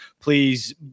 please